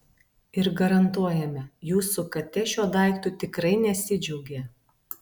ir garantuojame jūsų katė šiuo daiktu tikrai nesidžiaugė